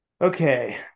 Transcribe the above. Okay